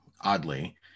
oddly